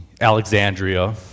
Alexandria